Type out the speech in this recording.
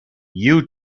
you